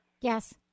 Yes